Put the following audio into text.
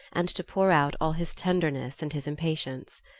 and to pour out all his tenderness and his impatience.